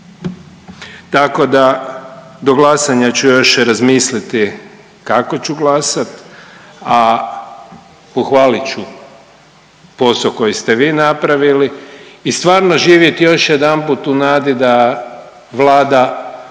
tako da do glasanja ću još razmisliti kako ću glasati, a pohvalit ću posao koji ste vi napravili. I stvarno živjeti još jedanput u nadi da Vlada